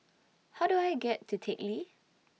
How Do I get to Teck Lee